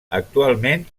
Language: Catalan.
actualment